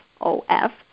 O-F